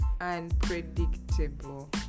unpredictable